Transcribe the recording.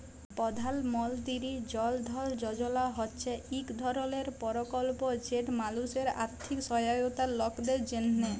পধাল মলতিরি জল ধল যজলা হছে ইক ধরলের পরকল্প যেট মালুসের আথ্থিক সহায়তার লকদের জ্যনহে